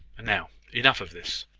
and now enough of this.